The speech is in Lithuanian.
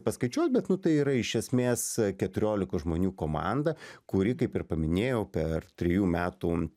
paskaičiuot bet nu tai yra iš esmės keturiolikos žmonių komanda kuri kaip ir paminėjau per trijų metų